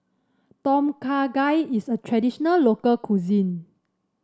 Tom Kha Gai is a traditional local cuisine